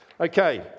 Okay